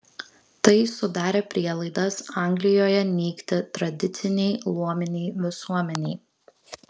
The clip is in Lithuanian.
tai sudarė prielaidas anglijoje nykti tradicinei luominei visuomenei